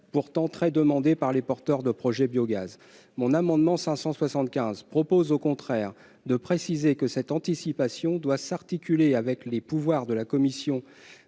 pourtant très demandée par les porteurs de projets. L'amendement n° 575 rectifié tend au contraire à préciser que cette anticipation doit s'articuler avec les pouvoirs de la Commission